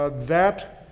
ah that,